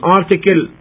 article